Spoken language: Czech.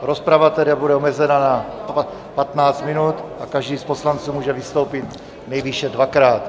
Rozprava tedy bude omezena na 15 minut a každý z poslanců může vystoupit nejvýše dvakrát.